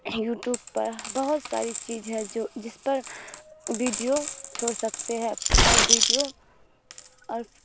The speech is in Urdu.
یوٹوب پر بہت ساری چیز ہے جو جس پر بیڈیو چھوڑ سکتے ہیں اور ویڈیو اور